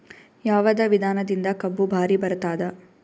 ಯಾವದ ವಿಧಾನದಿಂದ ಕಬ್ಬು ಭಾರಿ ಬರತ್ತಾದ?